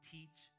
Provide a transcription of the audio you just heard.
Teach